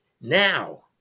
now